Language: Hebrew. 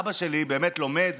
אבא שלי באמת לומד,